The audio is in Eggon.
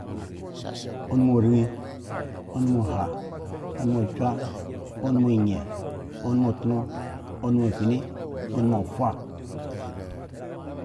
Onomoirin, onomo aha, onomoka, onomoanyen. onomoatono, onomofyni. onomo foha.